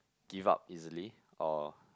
give up easily or